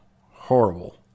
horrible